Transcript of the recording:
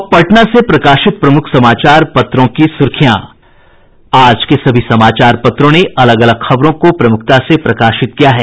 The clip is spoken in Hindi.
अब पटना से प्रकाशित प्रमुख समाचार पत्रों की सुर्खियां आज के सभी समाचार पत्रों ने अलग अलग खबरों को प्रमुखता से प्रकाशित किया है